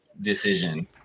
decision